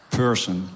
person